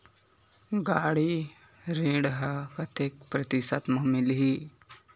गाड़ी ऋण ह कतेक प्रतिशत म मिलही?